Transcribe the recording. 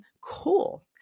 Cool